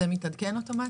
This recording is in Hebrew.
זה מתעדכן אוטומטית?